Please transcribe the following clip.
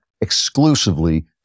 exclusively